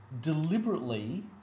deliberately